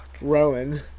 Rowan